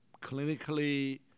Clinically